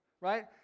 right